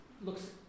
looks